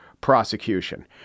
prosecution